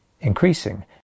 increasing